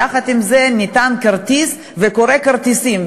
יחד עם זה ניתן כרטיס וקורא כרטיסים,